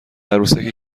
عروسکی